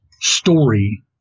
story